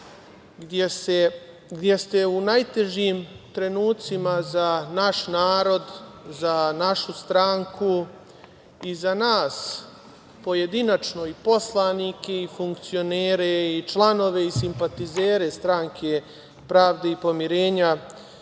gde ste u najtežim trenucima za naš narod, za našu stranku, i za nas pojedinačno i poslanike i funkcionere i članove i simpatizere Stranke pravde i pomirenja,